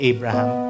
Abraham